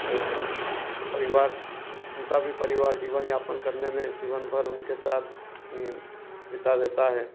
और परिवार उनका भी परिवार जीवन यापन करने में जीवनभर उनके सात निय् बीता देता है